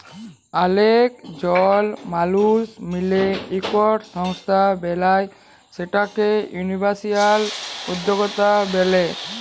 অলেক জল মালুস মিলে ইকট সংস্থা বেলায় সেটকে ইনিসটিটিউসলাল উদ্যকতা ব্যলে